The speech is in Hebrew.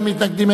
אין מתנגדים,